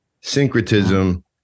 syncretism